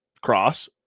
cross